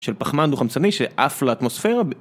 של פחמן דו חמצני שעף לאטמוספירה